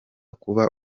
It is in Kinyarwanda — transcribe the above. kuba